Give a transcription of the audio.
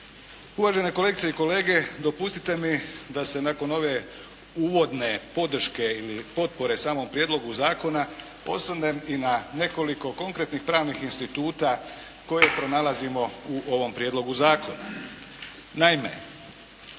Uvažene kolegice i kolege dopustite mi da se nakon ove uvodne podrške ili potpore samom prijedlogu zakona osvrnem i na nekoliko konkretnih pravnih instituta koje pronalazimo u ovom prijedlogu zakona. Naime,